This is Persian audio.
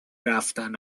رفتن